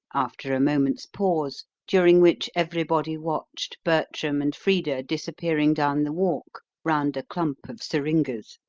after a moment's pause, during which everybody watched bertram and frida disappearing down the walk round a clump of syringas.